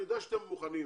אני יודע שאתם מוכנים,